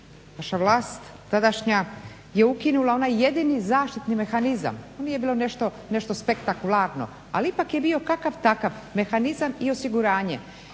vaša vlast tadašnja je ukinula onaj jedini zaštitni mehanizam, to nije bilo nešto spektakularno, ali ipak je bio kakav takav mehanizam i osiguranje